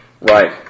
Right